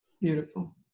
beautiful